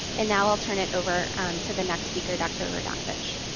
and now i'll turn it over to the next speaker, dr. radonovich.